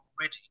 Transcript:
already